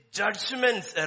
judgments